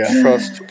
trust